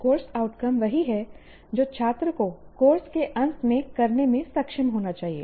course outcome वही हैं जो छात्र को कोर्स के अंत में करने में सक्षम होना चाहिए